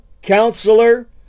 Counselor